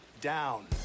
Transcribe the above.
down